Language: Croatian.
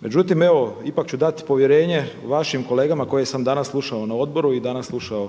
Međutim, ipak ću dati povjerenje vašim kolegama koje sam danas slušao na odboru i danas slušao